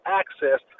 access